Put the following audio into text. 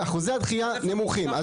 אחוזי הדחייה נמוכים.